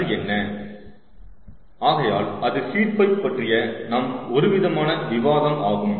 அது என்ன ஆகையால் அது ஹீட் பைப் பற்றிய நம் ஒருவிதமான விவாதம் ஆகும்